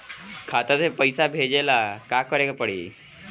खाता से पैसा भेजे ला का करे के पड़ी?